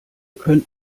könnt